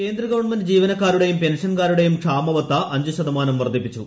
കേന്ദ്രഗവൺമെന്റ് ജീവനക്കാരുടെയും പെൻഷൻകാരുടെയും ക്ഷാമബത്ത അഞ്ച് ശതമാനം വർദ്ധിപ്പിച്ചു